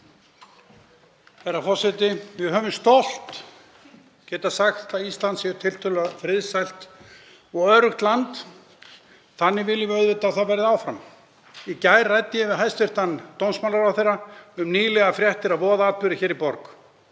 Herra forseti. Við höfum stolt getað sagt að Ísland sé tiltölulega friðsælt og öruggt land. Þannig viljum við auðvitað að það verði áfram. Í gær ræddi ég við hæstv. dómsmálaráðherra um nýlegar fréttir af voðaatburði hér í borg